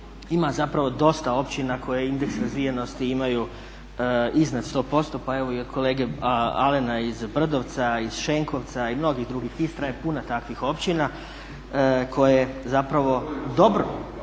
ima zapravo dosta općina koje indeks razvijenosti imaju iznad 100%, pa evo i kolege Alena iz Brdovca, iz Šenkovca i mnogih drugih, Istra je puna takvih općina koje zapravo dobro